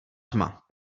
tma